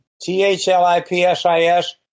T-H-L-I-P-S-I-S